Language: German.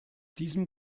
diesem